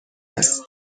است